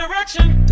Direction